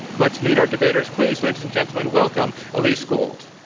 let's meet our debaters. please, ladies and gentlemen, welcome elise gould.